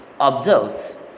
observes